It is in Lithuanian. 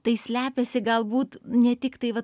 tai slepiasi galbūt ne tik tai vat